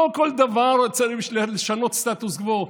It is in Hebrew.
לא בכל דבר צריך לשנות סטטוס קוו.